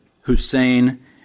Hussein